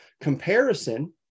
Comparison